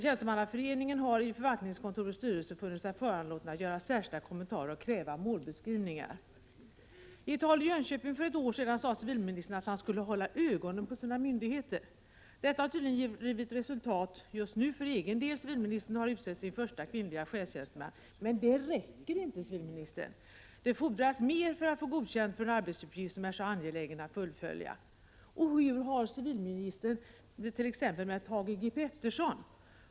Tjänstemannaföreningen har i förvaltningskontorets styrelse funnit sig föranlåten att göra särskilda kommentarer och kräva målbeskrivningar. I ett tal i Jönköping för ett år sedan sade civilministern att han skulle hålla ögonen på sina myndigheter. Detta har tydligen givit resultat för civildepartementets del. Civilministern har nu utsett sin första kvinnliga chefstjänsteman. Men det räcker inte, civilministern. Det fordras mer för att få godkänt när det gäller en arbetsuppgift som är så angelägen att fullfölja. Hur har civilministern det med t.ex. Thage G Peterson?